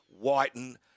Whiten